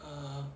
ah